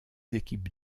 équipes